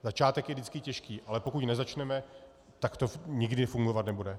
Začátek je vždycky těžký, ale pokud nezačneme, tak to nikdy fungovat nebude.